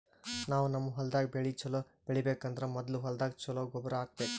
ನಾವ್ ನಮ್ ಹೊಲ್ದಾಗ್ ಬೆಳಿ ಛಲೋ ಬೆಳಿಬೇಕ್ ಅಂದ್ರ ಮೊದ್ಲ ಹೊಲ್ದಾಗ ಛಲೋ ಗೊಬ್ಬರ್ ಹಾಕ್ಬೇಕ್